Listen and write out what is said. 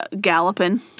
galloping